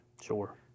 Sure